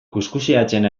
kuxkuxeatzen